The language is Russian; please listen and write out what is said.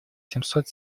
семьсот